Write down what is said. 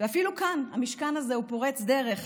ואפילו כאן, המשכן הזה הוא פורץ דרך,